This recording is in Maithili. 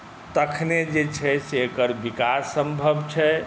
तखनहि जे छै से एकर विकास सम्भव छै